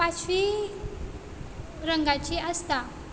पांचवी रंगाची आसता